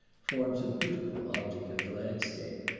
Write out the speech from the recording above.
forms a beautiful object in the landscape.